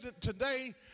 today